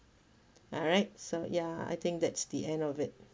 alright so ya I think that's the end of it